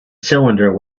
cylinder